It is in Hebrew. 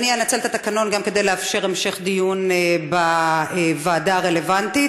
אני אנצל את התקנון כדי לאפשר המשך דיון בוועדה הרלוונטית,